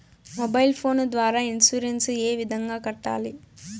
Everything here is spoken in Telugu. మొబైల్ ఫోను ద్వారా ఇన్సూరెన్సు ఏ విధంగా కట్టాలి